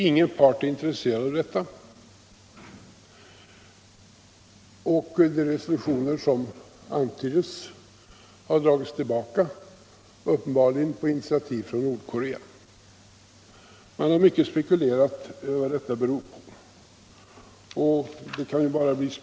Ingen är intresserad av den. De resolutioner som antytts har dragits tillbaka, uppenbarligen på initiativ från Nordkorea. Man har mycket spekulerat om vad detta beror på.